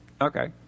Okay